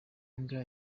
mbwa